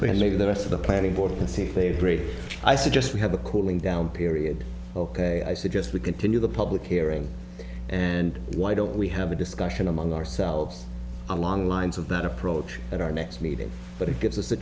please leave the rest of the planning board and see if they agree i suggest we have a cooling down period ok i suggest we continue the public hearing and why don't we have a discussion among ourselves along lines of that approach at our next meeting but it gives us a